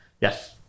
Yes